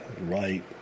Right